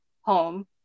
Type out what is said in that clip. home